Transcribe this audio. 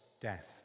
death